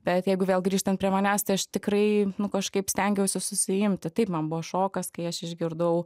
bet jeigu vėl grįžtant prie manęs tai aš tikrai nu kažkaip stengiausi susiimti taip man buvo šokas kai aš išgirdau